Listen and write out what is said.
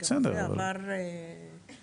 וגם זה עבר בקושי.